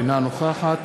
אינה נוכחת